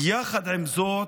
יחד עם זאת,